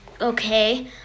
okay